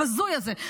הבזוי הזה,